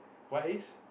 white is